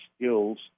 skills